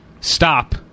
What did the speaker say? stop